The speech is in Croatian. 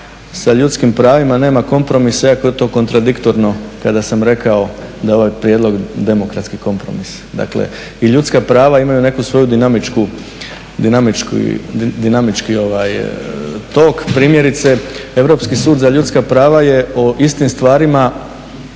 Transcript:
sa ljudskim pravima nema kompromisa iako je to kontradiktorno kada sam rekao da je ovaj prijedlog demokratski kompromis. Dakle, i ljudska prava imaju neki svoj dinamički tok. Primjerice, Europski sud za ljudska prava je o istim stvarima,